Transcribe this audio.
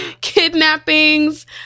kidnappings